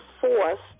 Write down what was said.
forced